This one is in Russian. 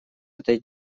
этой